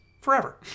forever